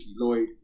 Lloyd